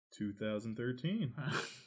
2013